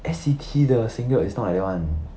S_C_T 的 singlet is not like that one